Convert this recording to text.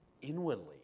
inwardly